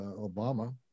obama